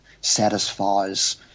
satisfies